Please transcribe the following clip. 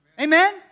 Amen